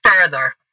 further